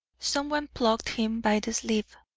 some one plucked him by the sleeve.